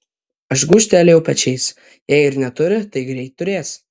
aš gūžtelėjau pečiais jei ir neturi tai greit turės